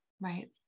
Right